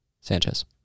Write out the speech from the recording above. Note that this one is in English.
Sanchez